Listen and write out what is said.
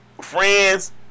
friends